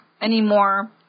anymore